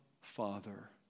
Father